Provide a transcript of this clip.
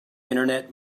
internet